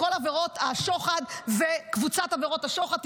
כל עבירות השוחד וקבוצת עבירות השוחד,